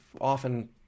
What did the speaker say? often